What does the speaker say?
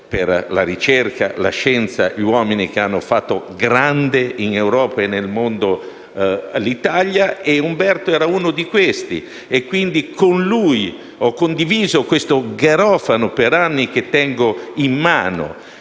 per la ricerca, la scienza e gli uomini che hanno fatto grande in Europa e nel mondo l'Italia e Umberto era uno di questi. Quindi, con lui ho condiviso per anni il garofano che tengo in mano,